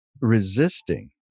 resisting